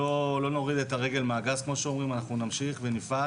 לא נוריד את הרגל מהגז, כמו שאומרים, נמשיך ונפעל